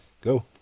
Go